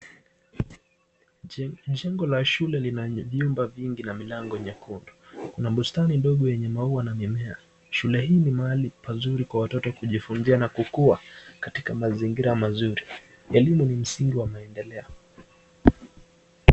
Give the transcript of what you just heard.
Jengo la shule lina vyumba vingi na milango nyekundu. Kuna bustani ndogo yenye maua na mimea . Shule hii ni mahali pazuri kwa watoto kujifunzia na kukua katika mazingira mazuri . Elimu ni msingi wa maendeleo.